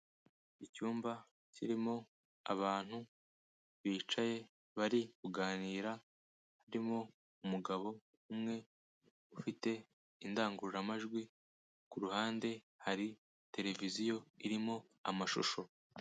Icyumba kirimo abantu bicaye bari kuganira, harimo umugabo umwe ufite indangururamajwi. Ku ruhande hari televiziyo irimo amashusho.